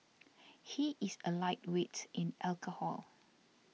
he is a lightweight in alcohol